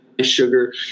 sugar